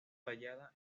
tallada